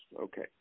okay